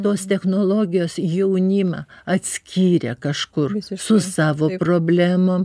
tos technologijos jaunimą atskyrė kažkur su savo problemo